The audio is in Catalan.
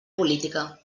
política